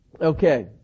okay